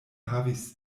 havis